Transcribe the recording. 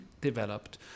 developed